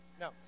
no